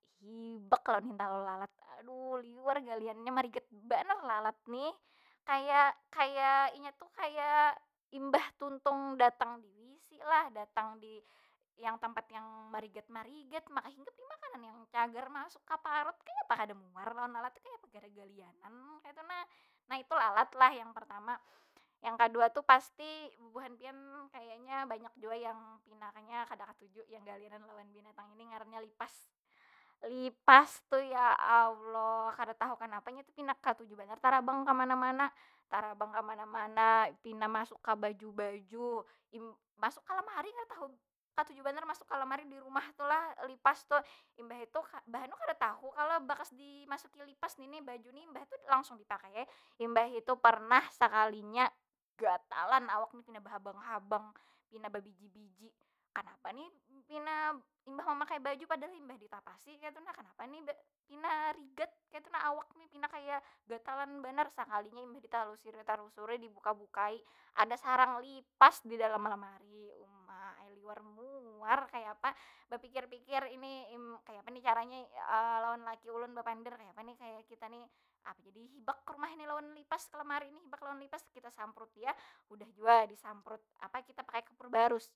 Hibak lawan hintalu lalat nih, aduh liwar galianannya merigat banar lalat nih. Kaya- kaya inya tu kaya imbah tuntung datang di wc lah, datang di yang tempat yang marigat- marigat, maka hinggap di makanan yang cagar masuk ka parut kayapa kada muar lawan lalat tu, kayapa kada galianan mun kaytu nah. Nah itu lalat lah yang pertama. Yang kadua tu pasti bubuhan pian kayanya banya jua yang pinanya kada katuju jang galianan lawan binatang ini. Ngarannya lipas. Lipas tu, ya allah kada tahu kanapa inya tu pina katuju banar tarabang kamana- mana. Tarabang kamana- mana, pina masuk ka baju- baju. masuk ka lamari, kada tahu ketuju banar masuk ka lamari di rumah tu lah, lipas tu. Imbah itu bah anu kada tahu kalo bakas dimasuki lipas ni- ni baju nih. Imbah itu langsung dipakai ai. Imbah itu pernah sakalinya gatalan awak ni, pina bahabang- habang, pina babiji- biji. Kanapa nih pina, imbah memakai baju padahal imbah ditapasi kaytu nah. Kanapa ni pina rigat kaytu nah awak ni? Pina kaya gatalan banar. Sakalinya imbah ditalusuri- talusuri dibuka- bukai ada sarang lipas di dalam lamari, uma ai liwar muar. Kayapa bepikir- bikir ini, kayapa ni caranya lawan laki ulun bapander. Kayapa ni kaya kita ni apa jadi hibak rumah ini lawan lipas ka lamari ni? Hibak lawan lipas, kita samproti ah udah jua, disamprot. Apa kita pakai kapur barus?